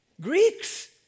Greeks